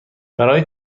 برای